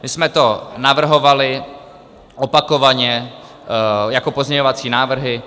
My jsme to navrhovali opakovaně jako pozměňovací návrhy.